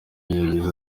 yagize